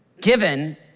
given